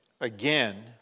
Again